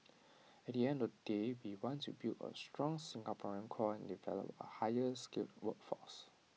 at the end of the day we want to build A strong Singaporean core and develop A higher skilled workforce